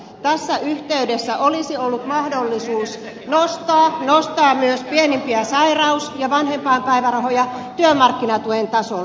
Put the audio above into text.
tässä yhteydessä olisi ollut mahdollisuus nostaa myös pienimpiä sairaus ja vanhempainpäivärahoja työmarkkinatuen tasolle